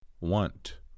Want